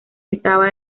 estaba